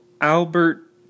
Albert